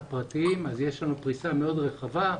פרטיים כך שיש לנו פריסה מאוד רחבה.